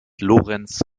lorenz